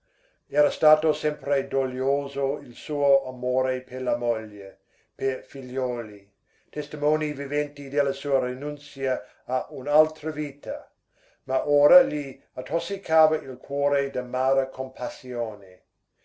era stato sempre doglioso il suo amore per la moglie pe figliuoli testimonii viventi della sua rinunzia a un'altra vita ma ora gli attossicava il cuore d'amara